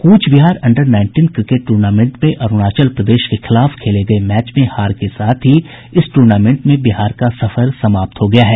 कूच Behar under nineteen cricket tournament में अरूणाचल प्रदेश के खिलाफ खेले गये मैच में हार के साथ ही इस टूर्नामेंट में बिहार का सफर समाप्त हो गया है